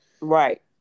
Right